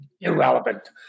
irrelevant